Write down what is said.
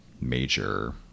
major